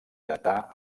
data